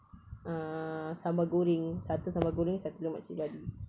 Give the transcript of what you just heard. uh sambal goreng satu sambal goreng satu lemak cili padi